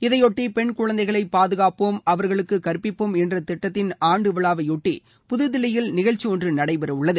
இதையொட்டி பெண் குழந்தைகளை பாதுகாப்போம் அவர்களுக்கு கற்பிப்போம் என்ற திட்டத்தின் ஆண்டு விழாவை ஒட்டி புதுதில்லியில் நிகழ்ச்சி ஒன்று நடைபெறவுள்ளது